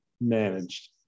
managed